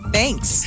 Thanks